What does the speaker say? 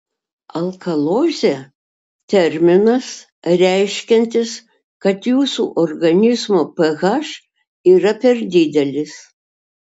alkalozė terminas reiškiantis kad jūsų organizmo ph yra per didelis